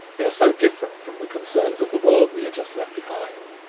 they are so different from the concerns of the world we had just left behind,